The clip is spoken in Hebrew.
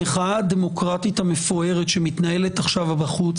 המחאה הדמוקרטית המפוארת שמתנהלת עכשיו ובחוץ